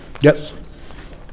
Yes